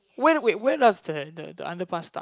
where wait where does the the the underpass start